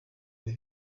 bihe